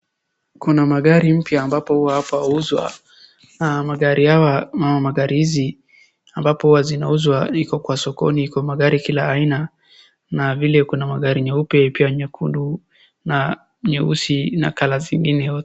Kuna magari mpya ambapo huwa hapa huuzwa na magari hizi ambapo huwa zinauzwa iko kwa sokoni. Iko magari kila aina na vile kuna magari nyeupe pia nyekundu na nyeusi na colour zingine.